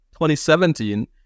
2017